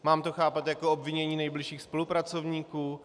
Mám to chápat jako obvinění nejbližších spolupracovníků?